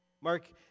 Mark